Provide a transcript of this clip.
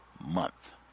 month